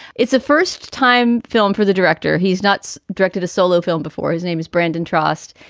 it's a first time film for the director. he's nuts. directed a solo film before. his name is brandon trost,